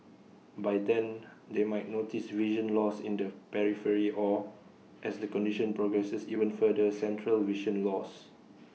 by then they might notice vision loss in the periphery or as the condition progresses even further central vision loss